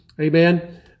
Amen